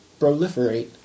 Proliferate